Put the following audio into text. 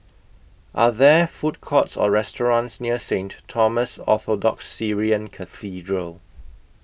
Are There Food Courts Or restaurants near Saint Thomas Orthodox Syrian Cathedral